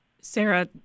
Sarah